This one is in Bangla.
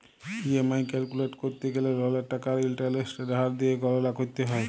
ই.এম.আই ক্যালকুলেট ক্যরতে গ্যালে ললের টাকা আর ইলটারেস্টের হার দিঁয়ে গললা ক্যরতে হ্যয়